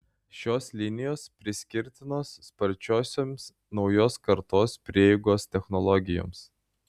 šios linijos priskirtinos sparčiosioms naujos kartos prieigos technologijoms